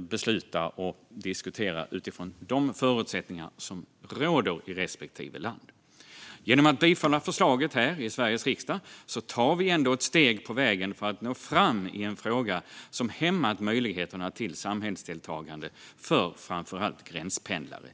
besluta och diskutera utifrån de förutsättningar som råder i respektive land. Genom att bifalla förslaget här i Sveriges riksdag tar vi ändå ett steg på vägen för att nå fram i en fråga som har hämmat möjligheterna till samhällsdeltagande för framför allt gränspendlare.